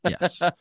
Yes